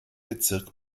bezirk